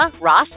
Ross